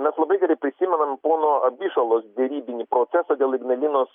mes labai gerai prisimenam pono abišalos derybinį procesą dėl ignalinos